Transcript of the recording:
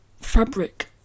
fabric